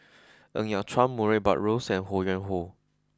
Ng Yat Chuan Murray Buttrose and Ho Yuen Hoe